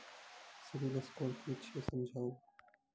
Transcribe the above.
Civil score कि छियै समझाऊ?